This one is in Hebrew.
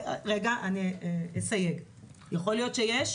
אני אסייג, יכול להיות שיש.